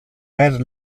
per